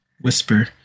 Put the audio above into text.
whisper